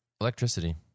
Electricity